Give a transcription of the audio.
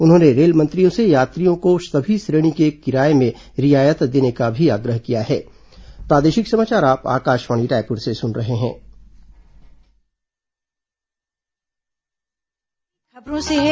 उन्होंने रेल मंत्री से यात्रियों को सभी श्रेणी के किराये में रियायत देने का भी आग्रह किया है